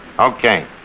Okay